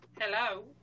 Hello